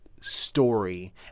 story